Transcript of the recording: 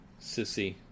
Sissy